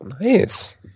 Nice